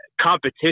competition